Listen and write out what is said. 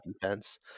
defense